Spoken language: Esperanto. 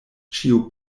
ĉiu